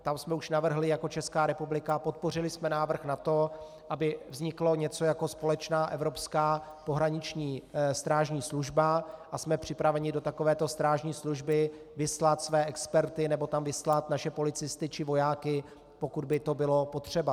Tam jsme už navrhli jako Česká republika, podpořili jsme návrh na to, aby vzniklo něco jako společná evropská pohraniční strážní služba, a jsme připraveni do takovéto strážní služby vyslat své experty nebo tam vyslat naše policisty či vojáky, pokud by to bylo potřeba.